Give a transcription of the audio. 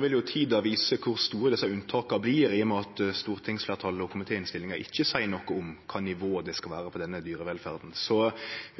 vil jo tida vise kor store dei unntaka blir, i og med at stortingsfleirtalet og komitéinnstillinga ikkje seier noko om kva nivå det skal vere på denne dyrevelferda.